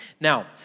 Now